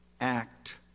act